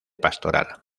pastoral